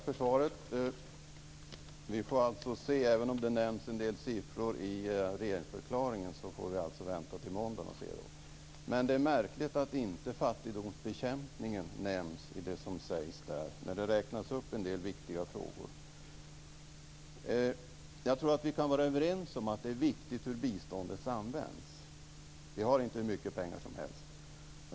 Fru talman! Tack för svaret. Även om det nämns en del siffror i regeringsförklaringen får vi vänta till måndagen och se. Det är märkligt att inte fattigdomsbekämpningen nämns när det räknas upp en del viktiga frågor. Jag tror att vi kan vara överens om att det är viktigt hur biståndet används. Vi har inte hur mycket pengar som helst.